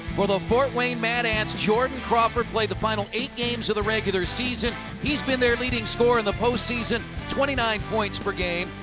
the fort wayne mad ants, jordan crawford played the final eight games of the regular season. he's been their leading scorer in the postseason, twenty nine points per game.